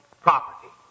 property